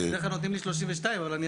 שאינו מקורה, אינו נספר במניין השטחים.